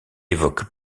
évoque